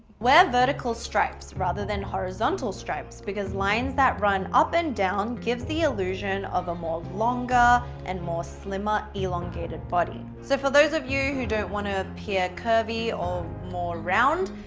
wear vertical stripes rather than horizontal stripes because lines that run up and down gives the illusion of a more longer and more slimmer elongated body, so for those of you who don't want to appear curvy or more round,